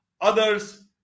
others